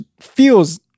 feels